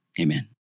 amen